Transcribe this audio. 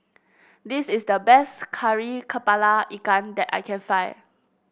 this is the best Kari kepala Ikan that I can find